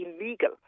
illegal